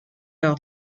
leur